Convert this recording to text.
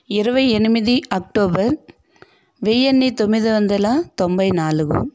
ఇరవై ఎనిమిది అక్టోబర్ వెయ్యి తొమ్మిది వందల తొంభై నాలుగు